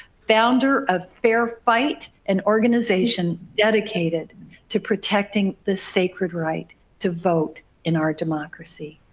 founder of fair fight, an organization dedicated to protecting the sacred right to vote in our democracy.